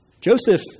Joseph